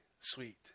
sweet